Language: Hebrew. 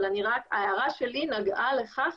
אבל ההערה שלי נגעה לכך